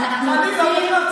מה היית עושה?